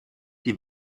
die